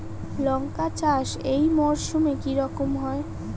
লঙ্কা চাষ এই মরসুমে কি রকম হয়?